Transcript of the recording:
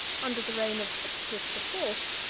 under the reign of sixtus the fourth,